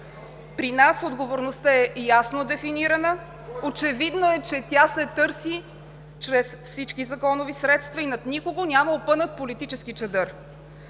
При нас отговорността е ясно дефинирана, очевидно е, че тя се търси чрез всички законови средства и над никого няма опънат политически чадър.